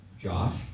Josh